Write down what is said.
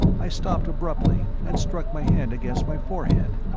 i stopped abruptly and struck my hand against my forehead.